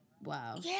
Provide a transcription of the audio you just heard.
Wow